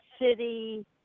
city